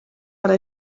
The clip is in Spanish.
para